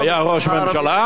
הוא היה ראש ממשלה?